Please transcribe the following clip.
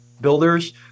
builders